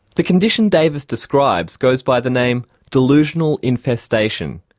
the condition davis describes goes by the name delusional infestation.